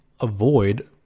avoid